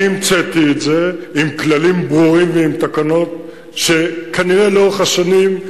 אני המצאתי את זה עם כללים ברורים ועם תקנות שכנראה לאורך השנים,